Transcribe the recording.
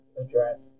address